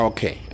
Okay